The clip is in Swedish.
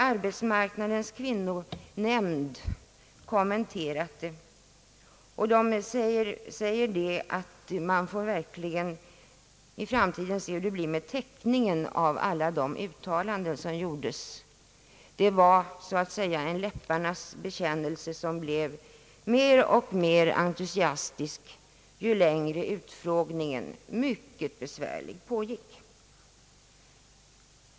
Arbetsmarknadens kvinnonämnd har kommenterat utfrågningen och sagt, att vi verkligen får se i framtiden hur det blir med täckningen av alla de uttalanden som gjordes. Man hörde så att säga en läpparnas bekännelse, som blev mer och mer entusiastisk ju längre den mycket besvärliga utfrågningen pågick.